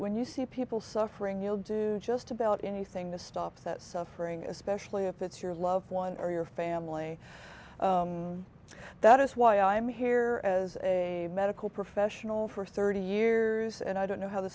when you see people suffering you'll do just about anything to stop that suffering especially if it's your loved one or your family that is why i am here as a medical professional for thirty years and i don't know how the